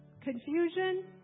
confusion